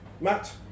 Matt